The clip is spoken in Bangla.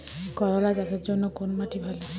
করলা চাষের জন্য কোন মাটি ভালো?